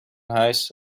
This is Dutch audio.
huis